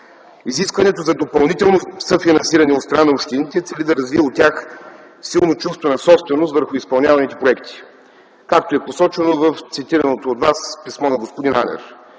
Изискването за допълнително съфинансиране от страна на общините цели да развие у тях силно чувство на собственост върху изпълняваните проекти, както е посочено в цитираното от Вас писмо на господин Анер.